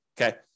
Okay